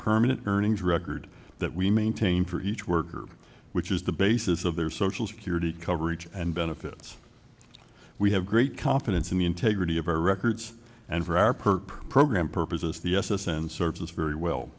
permanent earnings record that we maintain for each worker which is the basis of their social security coverage and benefits we have great confidence in the integrity of our records and for our perp program purposes the s s and serves us very well